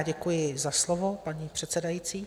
Děkuji za slovo, paní předsedající.